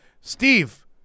Steve